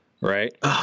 right